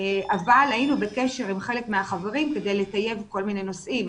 אבל היינו בקשר עם חלק מהחברים כדי לטייב כל מיני נושאים.